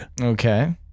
Okay